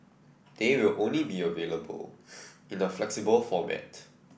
they will only be available in a flexible format